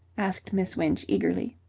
asked miss winch eagerly.